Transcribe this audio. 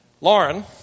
Lauren